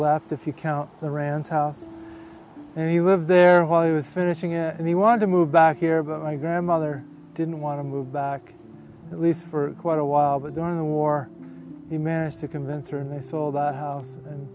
you count the ranch house and he lived there while he was finishing it and he wanted to move back here but my grandmother didn't want to move back at least for quite a while but during the war he managed to convince her and they sold